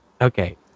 Okay